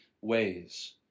ways